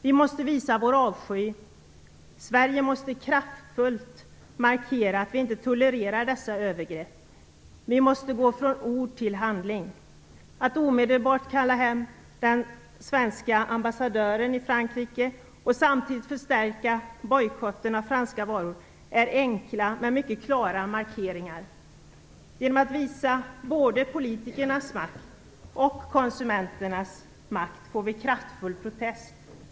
Vi måste visa vår avsky. Sverige måste kraftfullt markera att vi inte tolererar dessa övergrepp. Vi måste gå från ord till handling. Att omedelbart kalla hem den svenska ambassadören från Frankrike och samtidigt förstärka bojkotten av franska varor är enkla men mycket klara markeringar. Genom att visa både politikernas makt och konsumenternas makt får vi en kraftfull protest.